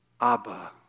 Abba